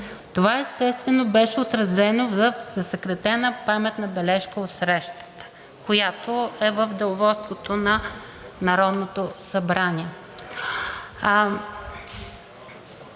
Това естествено беше отразено в засекретена паметна бележка от срещата, която е в Деловодството на Народното събрание.